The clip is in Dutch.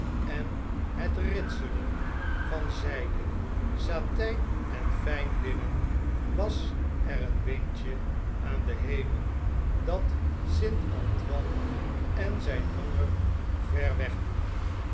en het ritselen van zg'de satgn en fijn linnen was er een windje aan den hemel dat st a n